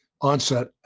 onset